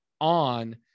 on